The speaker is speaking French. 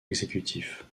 exécutif